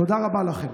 תודה רבה לכם.